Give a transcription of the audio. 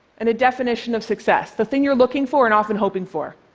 and a definition of success, the thing you're looking for and often hoping for.